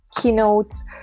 keynotes